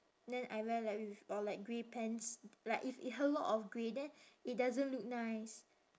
then I wear like with or like grey pants like if a lot of grey then it doesn't look nice